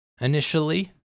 initially